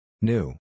New